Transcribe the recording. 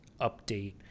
update